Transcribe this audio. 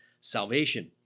salvation